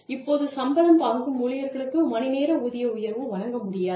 இப்போது சம்பளம் வாங்கும் ஊழியர்களுக்கு மணி நேர ஊதிய உயர்வு வழங்க முடியாது